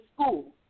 school